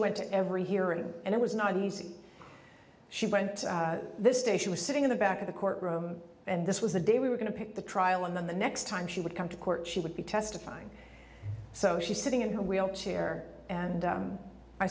went to every hearing and it was not easy she went to this day she was sitting in the back of the court room and this was the day we were going to pick the trial and then the next time she would come to court she would be testifying so she's sitting in her wheelchair and